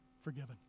forgiven